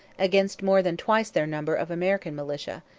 against more than twice their number of american militia,